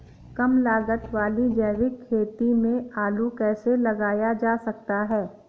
कम लागत वाली जैविक खेती में आलू कैसे लगाया जा सकता है?